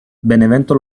benevento